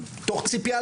תוך ציפייה,